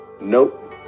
Nope